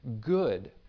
good